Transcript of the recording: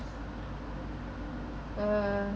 uh